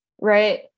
right